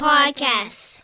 Podcast